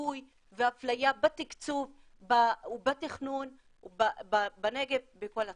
דיכוי ואפליה בתקצוב ובתכנון בנגב בכל התחומים.